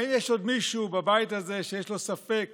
האם יש עוד מישהו בבית הזה שיש לו ספק